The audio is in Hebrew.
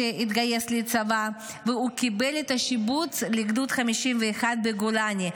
וכשקיבל את השיבוץ לגדוד 51 בגולני,